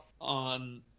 on